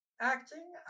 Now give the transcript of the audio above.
acting